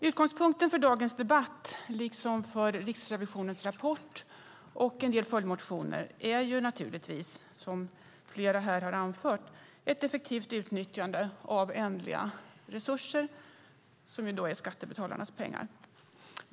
Utgångspunkten för dagens debatt liksom för Riksrevisionens rapport och en del följdmotioner är naturligtvis, som flera här har anfört, ett effektivt utnyttjande av ändliga resurser som då är skattebetalarnas pengar.